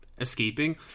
escaping